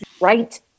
Right